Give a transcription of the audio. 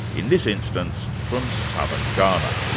in this instance from southern ghana.